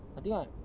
nothing right